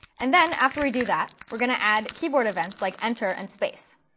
and then, after we do that, we're going to add keyboard events like enter and space.